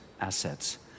assets